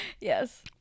Yes